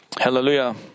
Hallelujah